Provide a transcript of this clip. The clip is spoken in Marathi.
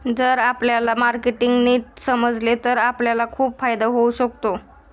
जर आपल्याला मार्केटिंग नीट समजले तर आपल्याला खूप फायदा होऊ शकतो